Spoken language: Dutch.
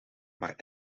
maar